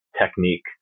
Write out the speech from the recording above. technique